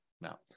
now